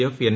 F N